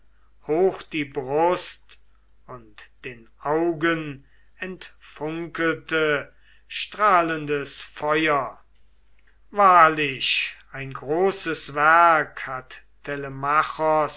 hoch die brust und den augen entfunkelte strahlendes feuer wahrlich ein großes werk hat